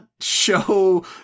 Show